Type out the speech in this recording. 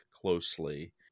closely